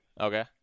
Okay